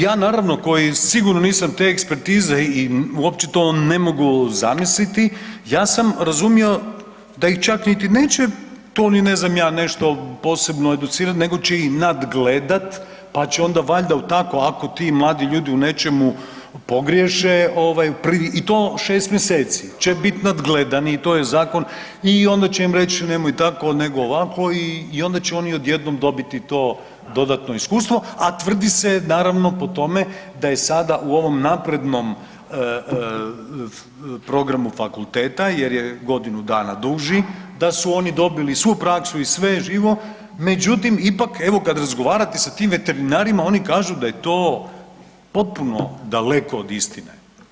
Ja naravno koji sigurno nisam te ekspertize i uopće to ne mogu zamisliti, ja sam razumio da ih čak niti neće to ni ne znam ja nešto posebno educirat nego će ih nadgledat, pa će onda valjda u tako ako ti mladi ljudi u nečemu pogriješe ovaj i to 6 mjeseci će bit nadgledani i to je zakon i onda će im reć nemoj tako nego ovako i onda će oni odjednom dobiti to dodatno iskustvo, a tvrdi se naravno po tome da je sada u ovom naprednom programu fakulteta jer je godinu dana duži da su oni dobili svu praksu i sve živo, međutim ipak evo kad razgovarate sa tim veterinarima oni kažu da je to potpuno daleko od istine.